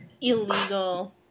illegal